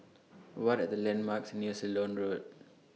What Are The landmarks near Ceylon Road